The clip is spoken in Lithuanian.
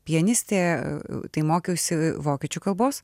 pianistė tai mokiausi vokiečių kalbos